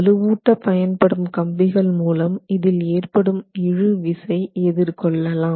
வலுவூட்ட பயன் படும் கம்பிகள் மூலம் இதில் ஏற்படும் இழுவிசை எதிர்கொள்ளலாம்